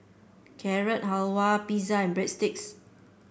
Carrot Halwa Pizza and Breadsticks